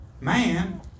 man